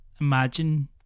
imagine